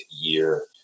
year